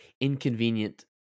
inconvenient